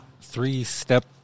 Three-step